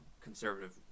conservative